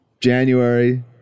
January